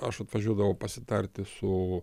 aš atvažiuodavau pasitarti su